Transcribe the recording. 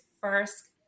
first